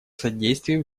содействие